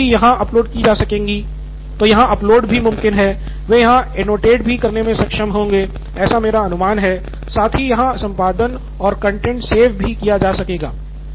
किताबें भी यहाँ अपलोड की जा सकेंगी तो यहाँ अपलोड भी मुमकिन है वे यहाँ एनोटेट भी करने में सक्षम होंगे ऐसा मेरा अनुमान है साथ ही यहाँ संपादन और कंटैंट सेव भी किया जा सकेगा